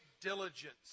diligence